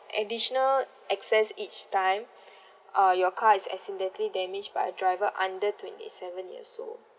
additional excess each time uh your car is accidentally damaged by a driver under twenty seven years old